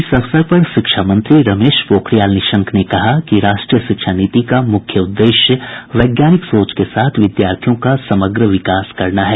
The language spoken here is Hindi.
इस अवसर पर शिक्षा मंत्री रमेश पोखरियाल निशंक ने कहा कि राष्ट्रीय शिक्षा नीति का मुख्य उद्देश्य वैज्ञानिक सोच के साथ विद्यार्थियों का समग्र विकास करना है